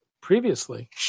previously